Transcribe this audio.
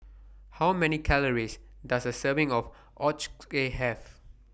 How Many Calories Does A Serving of Ochazuke Have